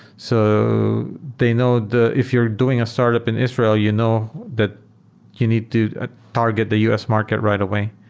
so they know that if you're doing a startup in israel, you know that you need to ah target the u s. market right away.